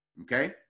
okay